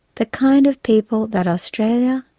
the kind of people that australia,